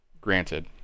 granted